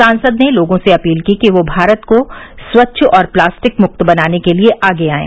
सांसद ने लोगों से अपील की कि ये भारत को स्वच्छ और प्लास्टिक मुक्त बनाने के लिये आगे आयें